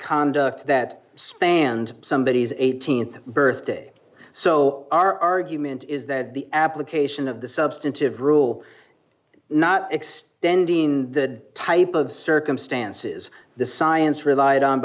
conduct that spanned somebodies th birthday so our argument is that the application of the substantive rule not extending the type of circumstances the science relied on